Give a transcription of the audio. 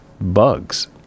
bugs